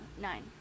nine